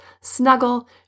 snuggle